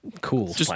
cool